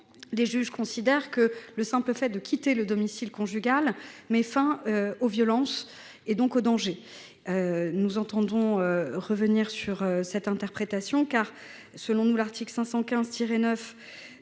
les juges considèrent que le simple fait de quitter le domicile conjugal met fin aux violences, donc au danger. Nous entendons revenir sur cette interprétation, sachant que l’article 515 9